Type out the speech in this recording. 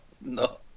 no